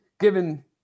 given